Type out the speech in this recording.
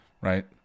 Right